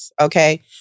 okay